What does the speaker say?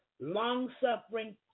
long-suffering